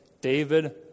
David